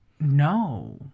no